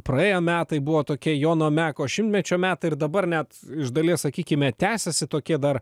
praėję metai buvo tokie jono meko šimtmečio metai ir dabar net iš dalies sakykime tęsiasi tokie dar